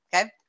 Okay